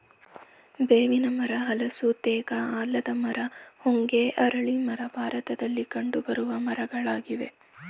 ಬೇವಿನ ಮರ, ಹಲಸು, ತೇಗ, ಆಲದ ಮರ, ಹೊಂಗೆ, ಅರಳಿ ಮರ ಭಾರತದಲ್ಲಿ ಕಂಡುಬರುವ ಮರಗಳಾಗಿವೆ